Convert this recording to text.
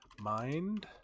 Mind